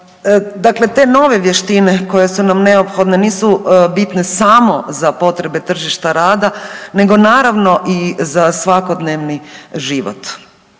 Dakle, te nove vještine koje su nam neophodne nisu bitne samo za potrebe tržišta rada nego naravno i za svakodnevni život.